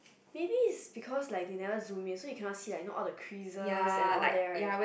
maybe is because they like never zoom in so you cannot see the you know all the squizzle and all that right